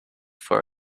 for